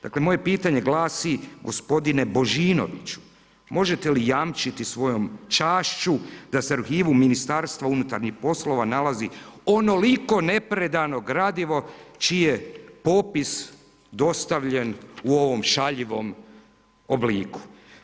Dakle moje pitanje glasi gospodine Božinoviću, možete li jamčiti svojom čašću da se arhivu Ministarstva unutarnjih poslova nalazi onoliko nepredano gradivo čiji je popis dostavljen u ovom šaljivom obliku?